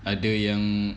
ada yang